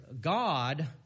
God